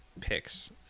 picks